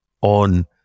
on